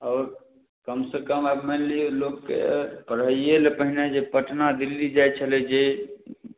आओर कमसँ कम आब मानि लिअऽ लोकके पढ़ैएलए पहिने जे पटना दिल्ली जाइ छलै जे